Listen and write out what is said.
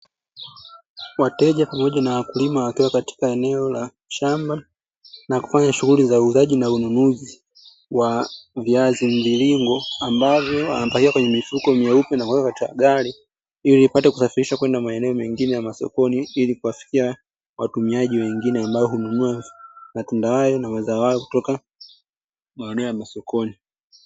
Wateja pamoja na wakulima wakiwa katika eneo la shamba na kufanya shughuli za uuzaji na ununuzi wa viazi mviringo ambavyo wanapakia kwenye mifuko meupe na kuweka katika gari, ili ipate kusafirishwa kwenda maeneo mengine ya sokoni, ili kuwafikia watumiaji wengine ambao hununua matunda hayo na mazao hayo kutoka maeneo ya sokoni.